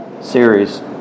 series